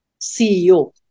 CEO